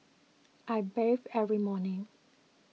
I bathe every morning